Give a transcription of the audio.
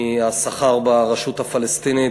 מהשכר ברשות הפלסטינית,